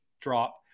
drop